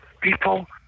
people